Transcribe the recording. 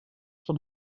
van